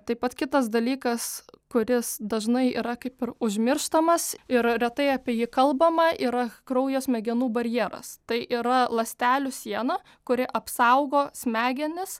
taip pat kitas dalykas kuris dažnai yra kaip ir užmirštamas ir retai apie jį kalbama yra kraujo smegenų barjeras tai yra ląstelių siena kuri apsaugo smegenis